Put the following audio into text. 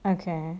okay